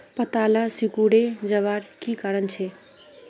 पत्ताला सिकुरे जवार की कारण छे?